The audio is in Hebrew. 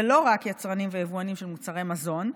ולא רק יצרנים ויבואנים של מוצרי מזון,